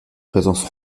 présence